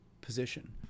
position